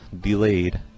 delayed